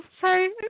sorry